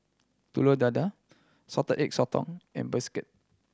Telur Dadah Salted Egg Sotong and bistake